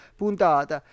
puntata